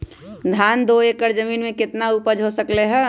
धान दो एकर जमीन में कितना उपज हो सकलेय ह?